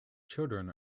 children